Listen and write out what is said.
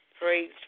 Praise